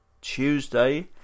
Tuesday